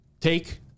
Take